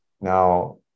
Now